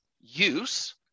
use